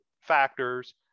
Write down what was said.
factors